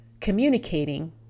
communicating